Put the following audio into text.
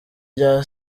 rya